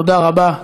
תודה רבה.